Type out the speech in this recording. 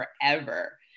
forever